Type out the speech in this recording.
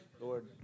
Lord